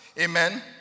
Amen